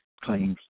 claims